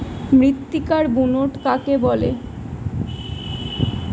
মৃত্তিকার বুনট কাকে বলে?